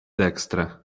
dekstre